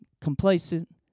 complacent